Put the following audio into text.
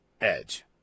edge